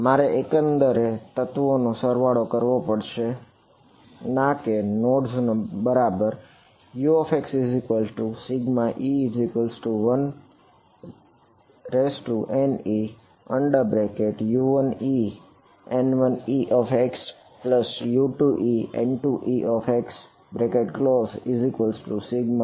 મારે એકંદરે તત્વોનો સરવાળો કરવો પડશે ના કે નોડસ નો બરાબર